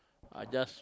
I just